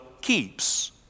keeps